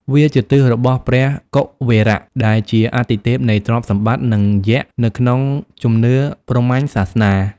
វាជាទិសរបស់ព្រះ កុវេរៈ ដែលជាអាទិទេពនៃទ្រព្យសម្បត្តិនិងយ័ក្សនៅក្នុងជំនឿព្រហ្មញ្ញសាសនា។